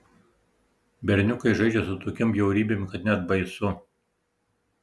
berniukai žaidžia su tokiom bjaurybėm kad net baisu